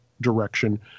direction